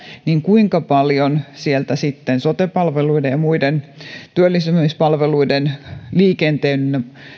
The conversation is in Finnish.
niin kuinka paljon sieltä sitten sote palveluiden ja muiden työllistymispalveluiden liikenteen